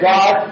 God